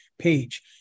page